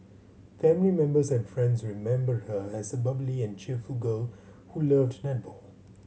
family members and friends remembered her as a bubbly and cheerful girl who loved netball